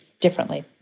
differently